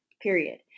period